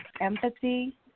empathy